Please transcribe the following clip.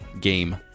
game